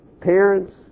Parents